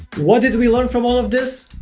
what did we learn from all of this?